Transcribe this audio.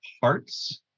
parts